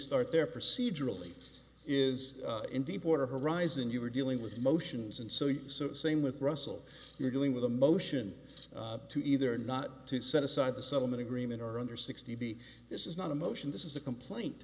start there procedurally is in deepwater horizon you are dealing with motions and so you same with russell you're dealing with a motion to either not to set aside the settlement agreement or under sixty b this is not a motion this is a complaint